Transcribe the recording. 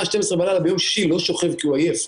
00:00 בלילה ביום שישי לא שוכב כי הוא עייף.